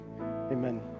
amen